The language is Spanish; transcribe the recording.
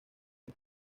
con